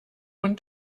und